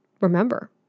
remember